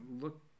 look